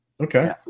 Okay